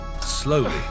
slowly